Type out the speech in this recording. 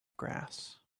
grass